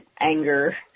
anger